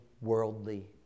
worldly